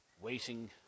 waiting